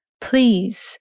Please